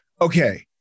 Okay